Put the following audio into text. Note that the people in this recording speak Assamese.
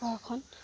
ঘৰখন